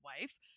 wife